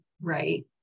right